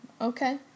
Okay